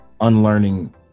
unlearning